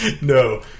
No